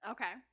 Okay